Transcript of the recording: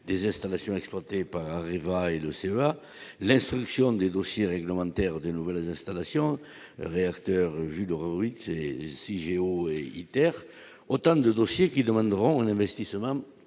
des installations exploitées par Areva et le CEA, l'instruction des dossiers réglementaires des nouvelles installations réacteur Jules Horowitz et Cigéo et autant de dossiers qui demanderont un investissement